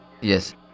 Yes